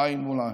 עין מול עין,